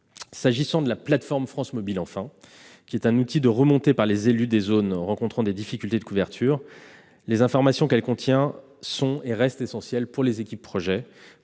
S'agissant de la plateforme France Mobile, qui est un outil de remontée au service des élus des zones rencontrant des difficultés de couverture, ses informations sont et restent essentielles pour les équipes « projets